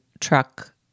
Truck